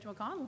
McConnell